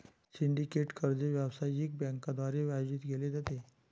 syndicated कर्ज व्यावसायिक बँकांद्वारे आयोजित केले जाते